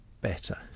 better